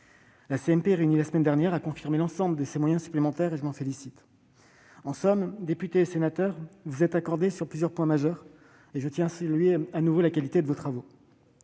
réunie la semaine dernière a confirmé l'ensemble de ces moyens supplémentaires. Je m'en félicite. En somme, les députés et sénateurs se sont accordés sur plusieurs points majeurs. Je tiens à saluer de nouveau la qualité de leurs travaux.